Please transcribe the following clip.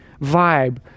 vibe